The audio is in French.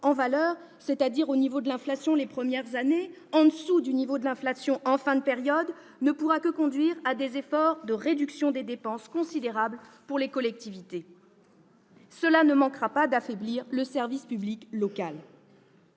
en valeur, c'est-à-dire au niveau de l'inflation les premières années et en deçà du niveau de l'inflation en fin de période de programmation, ne pourra que conduire à des efforts de réduction des dépenses considérables pour les collectivités territoriales. Cela ne manquera pas d'affaiblir le service public local.